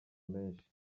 menshi